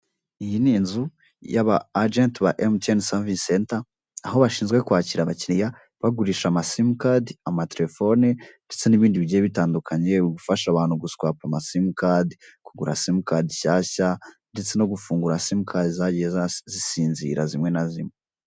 Iyi ni inzu y'abajanti ba Emutiyeni savisi senta aho bashinzwe kwakira abakiriya bagurisha amasimukadi, amaterefone ndetse n'ibindi bigiye bitandukanye. Gufasha abantu guswapa amasimukadi, kugura simukadi nshyashya ndetse no gufungura simukadi zagiye zisinzira zimwe na zimwe.